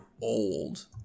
old